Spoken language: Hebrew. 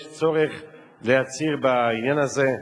יש צורך להצהיר בעניין הזה.